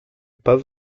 pas